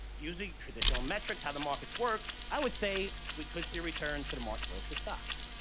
using traditional metrics, how the markets work, i would say we could see return to the march lows for stocks,